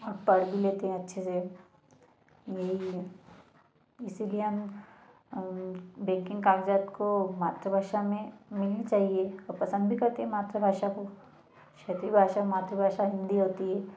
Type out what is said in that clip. पढ़ भी लेते हैं अच्छे से यही है इसीलिए हम बैंकिंग कागज़ात को मातृभाषा में मिलनी चाहिए और पसंद भी करते हैं मातृभाषा को क्षेत्रीय भाषा मात्र भाषा हिंदी होती है